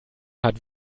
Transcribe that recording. hat